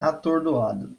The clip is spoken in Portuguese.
atordoado